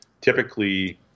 typically